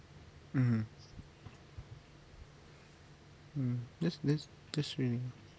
mmhmm mm that's that's that's really